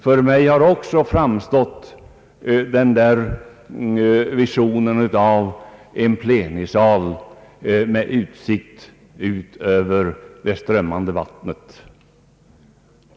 För mig har också framstått en vision av en plenisal med utsikt över det strömmande vattnet.